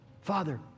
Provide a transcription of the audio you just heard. father